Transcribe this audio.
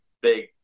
big